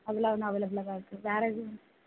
அவ்வளவுன்னால் அவைலபிளாக தான் இருக்குது வேறு எதுவும்